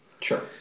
sure